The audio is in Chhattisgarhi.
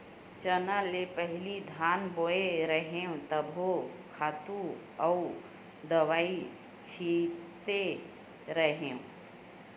चना ले पहिली धान बोय रेहेव तभो खातू अउ दवई छिते रेहेव